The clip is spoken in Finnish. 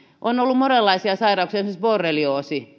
on ollut monenlaisia sairauksia esimerkiksi borrelioosi